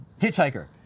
Hitchhiker